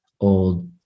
old